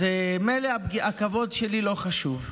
אז מילא, הכבוד שלי לא חשוב,